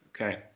Okay